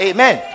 Amen